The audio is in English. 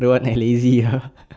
don't want lah lazy !huh!